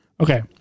Okay